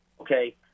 okay